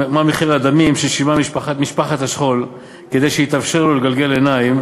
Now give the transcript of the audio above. מה מחיר הדמים ששילמה משפחת השכול כדי שיתאפשר לו לגלגל עיניים,